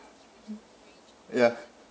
ya